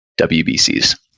WBCs